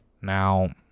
Now